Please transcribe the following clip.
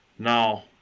Now